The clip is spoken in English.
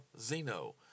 Zeno